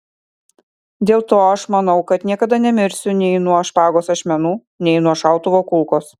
dėl to aš manau kad niekada nemirsiu nei nuo špagos ašmenų nei nuo šautuvo kulkos